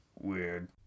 weird